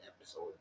episode